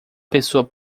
pessoa